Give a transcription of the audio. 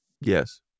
Yes